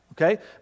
Okay